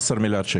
17 מיליארד שקל.